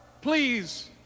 please